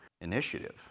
initiative